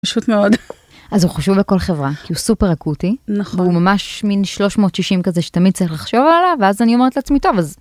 אז הוא חשוב לכל חברה כי הוא סופר אקוטי הוא ממש מין 360 כזה שתמיד צריך לחשוב עליו ואז אני אומרת לעצמי טוב אז.